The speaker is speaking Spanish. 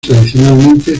tradicionalmente